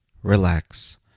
relax